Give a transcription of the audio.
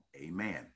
Amen